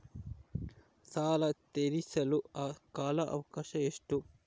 ಸಾಲ ತೇರಿಸಲು ಕಾಲ ಅವಕಾಶ ಎಷ್ಟು?